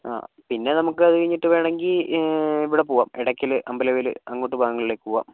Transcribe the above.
ആ പിന്നെ നമുക്കത് കഴിഞ്ഞിട്ട് വേണമെങ്കിൽ ഇവിടെ പോകാം എടയ്ക്കൽ അമ്പലവയൽ അങ്ങോട്ട് ഭാഗങ്ങളിലേക്ക് പോകാം